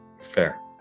Fair